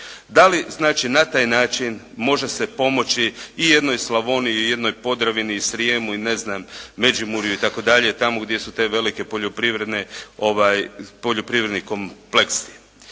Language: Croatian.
znači na taj način može se pomoći i jednoj Slavoniji i jednoj Podravini i Srijemu i ne znam Međimurju itd. tamo gdje su te velike poljoprivredni kompleksi.